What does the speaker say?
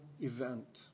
event